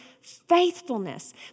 faithfulness